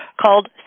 called